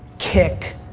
kik,